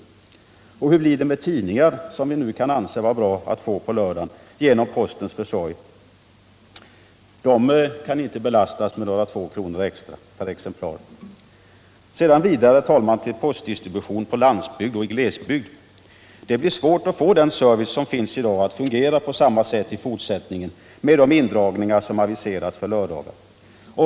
Torsdagen den Och hur blir det med tidningar, som vi kan önska att få på lördagen genom 12 januari 1978 postens försorg? De kan inte belastas med några 2 kr. extra per exemplar. Sedan, herr talman, till frågan om postdistribution på landsbygd och i glesbygd. Det blir svårt att få den service som finns i dag att fungera på samma sätt i fortsättningen, med de indragningar som aviseras för lördagar.